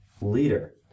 leader